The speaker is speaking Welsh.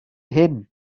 hyn